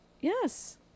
Yes